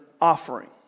offering